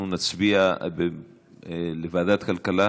אנחנו נצביע על ועדת כלכלה.